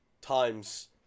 times